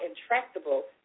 intractable